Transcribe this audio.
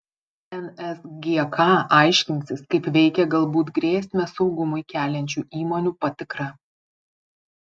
nsgk aiškinsis kaip veikia galbūt grėsmę saugumui keliančių įmonių patikra